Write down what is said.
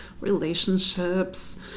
relationships